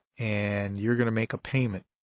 and you're going to make a payment